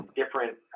different